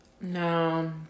No